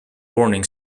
warning